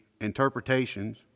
interpretations